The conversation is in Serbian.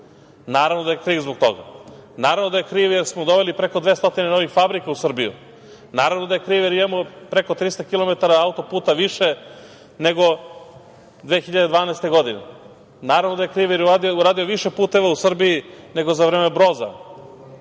Naravno, da je kriv zbog toga. Naravno, da je kriv jer smo doveli preko 200 novih fabrika u Srbiju. Naravno, da je kriv jer imamo preko 300 kilometara auto-puta više nego 2012. godine. Naravno, da je kriv jer je uradio više puteva u Srbiji nego za vreme Broza.